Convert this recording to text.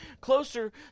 closer